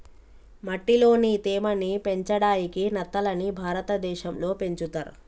మట్టిలోని తేమ ని పెంచడాయికి నత్తలని భారతదేశం లో పెంచుతర్